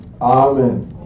Amen